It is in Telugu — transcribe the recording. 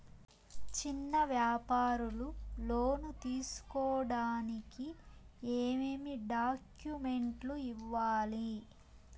చిన్న వ్యాపారులు లోను తీసుకోడానికి ఏమేమి డాక్యుమెంట్లు ఇవ్వాలి?